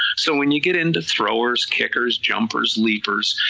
so when you get into throwers, kickers, jumpers, leapers,